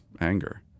anger